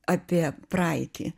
apie praeitį